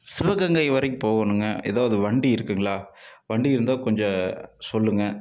சிவகங்கை வரைக்கும் போகணுங்க எதாவது வண்டி இருக்குங்களா வண்டி இருந்தால் கொஞ்சம் சொல்லுங்கள்